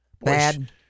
Bad